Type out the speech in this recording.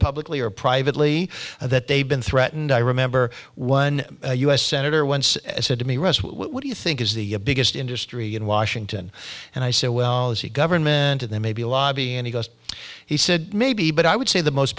publicly or privately that they've been threatened i remember one u s senator once said to me rest what do you think is the biggest industry in washington and i said well as a government and then maybe a lobby and he goes he said maybe but i would say the most